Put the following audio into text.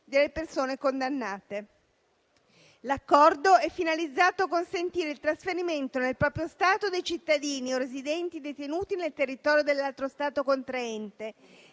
delle persone condannate. L'Accordo è finalizzato a consentire il trasferimento nel proprio Stato dei cittadini o residenti detenuti nel territorio dell'altro Stato contraente,